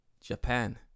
Japan